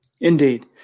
Indeed